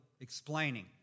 explaining